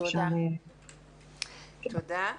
תודה.